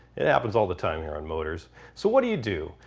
it happens all the time here on motorz. so what do you do?